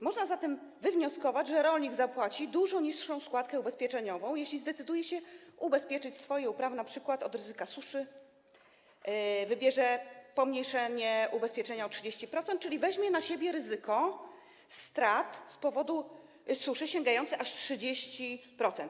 Można zatem wywnioskować, że rolnik zapłaci dużo niższą składkę ubezpieczeniową, jeśli zdecyduje się ubezpieczyć swoje uprawy np. od ryzyka suszy, wybierze pomniejszenie ubezpieczenia o 30%, czyli weźmie na siebie ryzyko strat z powodu suszy sięgające aż 30%.